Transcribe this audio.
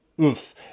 Oof